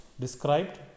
described